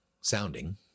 sounding